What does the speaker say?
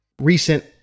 recent